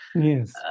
Yes